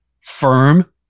firm